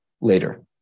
later